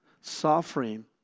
suffering